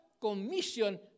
commission